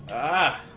ah